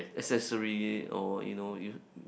accessory or you know